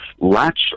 latch